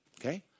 okay